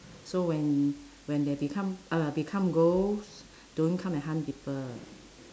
so when when they become uh become ghost don't come and hunt people